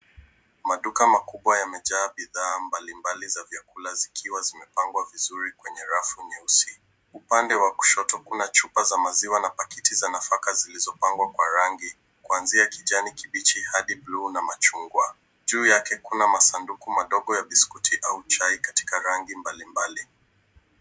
Maduka makubwa yamejaa bidhaa mbalimbali za vyakula zikiwa zimepangwa vizuri kwenye rafu nyeusi. Upande wa kushoto kuna chupa za maziwa na pakiti za nafaka zilizopangwa kwa rangi kuanzia kijani kibichi hadi bluu na machungwa. Juu yake kuna masanduku madogo ya biskuti au chai katika rangi mbalimbali.